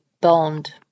bond